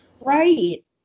Right